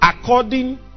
According